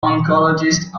oncologist